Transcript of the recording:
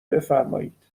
بفرمایید